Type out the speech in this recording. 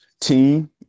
team